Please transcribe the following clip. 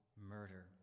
murder